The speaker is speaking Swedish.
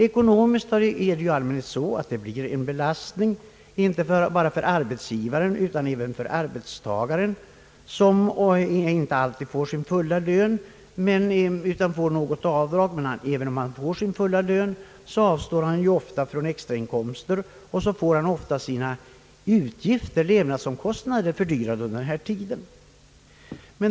Ekonomiskt blir det för det mesta en belastning inte bara för arbetsgivaren utan även för arbetstagaren som visserligen får ha kvar antingen hela eller större delen av sin ordinarie lön men som ofta går miste om extrainkomster och dessutom får sina levnadskostnader fördyrade.